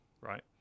right